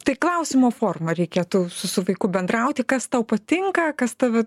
tai klausimo forma reikėtų su vaiku bendrauti kas tau patinka kas tave